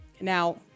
now